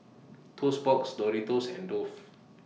Toast Box Doritos and Dove